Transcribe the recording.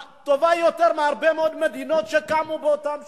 טובה יותר מהרבה מאוד מדינות שקמו באותן שנים.